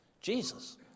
Jesus